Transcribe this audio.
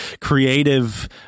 creative